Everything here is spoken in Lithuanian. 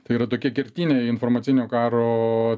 tai yra tokie kertiniai informacinio karo